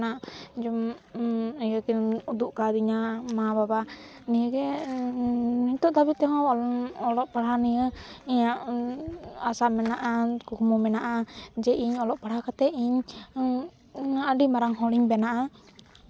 ᱡᱮᱢᱚᱱ ᱤᱭᱟᱹ ᱠᱤᱱ ᱩᱫᱩᱜ ᱠᱟᱹᱫᱤᱧᱟ ᱢᱟ ᱵᱟᱵᱟ ᱱᱤᱭᱟᱹ ᱜᱮ ᱱᱤᱛᱳᱜ ᱫᱷᱟᱹᱵᱤᱡ ᱛᱮᱦᱚᱸ ᱚᱞᱚᱜ ᱯᱟᱲᱦᱟᱣ ᱱᱤᱭᱮ ᱤᱧᱟᱹᱜ ᱟᱥᱟ ᱢᱮᱱᱟᱜᱼᱟ ᱠᱩᱠᱢᱩ ᱢᱮᱱᱟᱜᱼᱟ ᱡᱮ ᱤᱧ ᱚᱞᱚᱜ ᱯᱟᱲᱦᱟᱣ ᱠᱟᱛᱮ ᱤᱧ ᱤᱧ ᱦᱚᱸ ᱟᱹᱰᱤ ᱢᱟᱨᱟᱝ ᱦᱚᱲᱤᱧ ᱵᱮᱱᱟᱜᱼᱟ